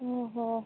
ଓ ହୋ